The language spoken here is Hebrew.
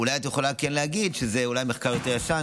אולי את יכולה כן להגיד שזה אולי מחקר יותר ישן,